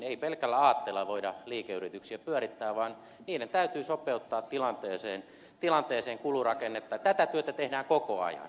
ei pelkällä aatteella voida liikeyrityksiä pyörittää vaan niiden täytyy sopeuttaa tilanteeseen kulurakennetta ja tätä työtä tehdään koko ajan